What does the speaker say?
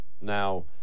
Now